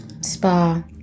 spa